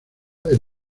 del